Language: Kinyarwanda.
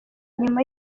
nyuma